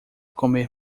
comer